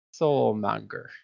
soulmonger